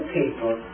people